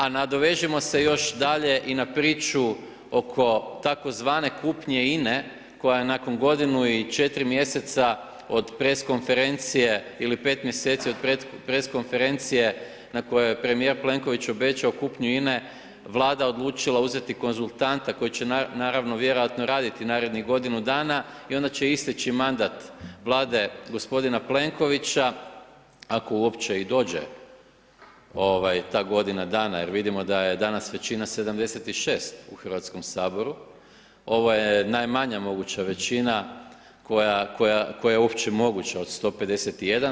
A nadovežimo se još dalje i na priču oko tzv. kupnje INA-e koja je nakon godinu i 4 mjeseca od press konferencije, ili 5 mjeseci od press konferencije na kojoj je premijer Plenković obećao kupnju INA-e Vlada odlučila uzeti konzultanta koji će naravno vjerojatno raditi narednih godinu dana i onda će isteći mandat Vlade gospodina Plenkovića ako uopće i dođe ta godina dana jer vidimo da je danas većina 76 u Hrvatskom saboru, ovo je najmanja moguća većina koja je uopće moguća od 151.